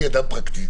אני אדם פרקטי,